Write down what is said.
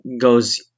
goes